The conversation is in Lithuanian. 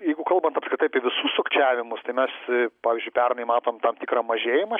jeigu kalbant apskritai apie visus sukčiavimus tai mes pavyzdžiui pernai matom tam tikrą mažėjimą